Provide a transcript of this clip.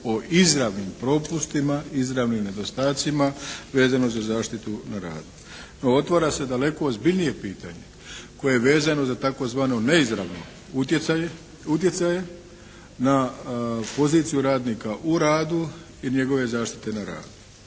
o izravnim propustima, izravnim nedostacima vezano za zaštitu na radu. No otvara se daleko ozbiljnije pitanje koje je vezano za tzv. neizravno utjecaje, na poziciju radnika u radu i njegove zaštite na radu.